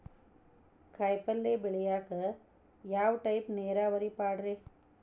ಕಾಯಿಪಲ್ಯ ಬೆಳಿಯಾಕ ಯಾವ ಟೈಪ್ ನೇರಾವರಿ ಪಾಡ್ರೇ?